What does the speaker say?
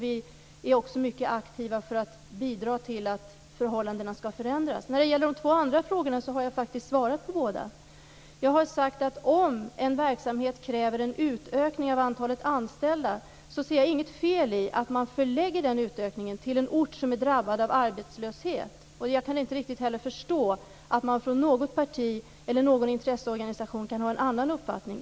Vi är också mycket aktiva för att bidra till att förhållandena skall förbättras. De två andra frågorna har jag faktiskt redan svarat på. Jag har sagt att om en verksamhet kräver en utökning av antalet anställda, ser jag inget fel i att den utökningen förläggs till en ort som är drabbad av arbetslöshet. Jag kan inte heller riktigt förstå att man från något parti eller någon intresseorganisation kan ha en annan uppfattning.